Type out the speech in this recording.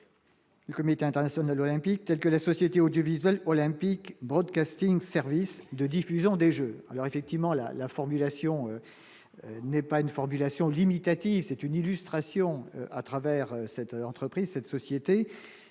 Le comité international olympique, telles que la société audiovisuelle Olympic Broadcasting Services de diffusion des Jeux alors effectivement la la formulation n'est pas une formulation limitative c'est une illustration à travers cette entreprise, cette société